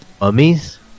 Mummies